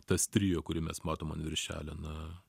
tas trio kurį mes matom ant viršelio na